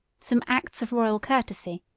some acts of royal courtesy,